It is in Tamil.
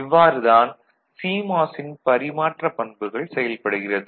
இவ்வாறு தான் சிமாஸ் ன் பரிமாற்ற பண்புகள் செயல்படுகிறது